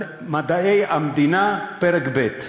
מדעי המדינה פרק ב'